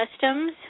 customs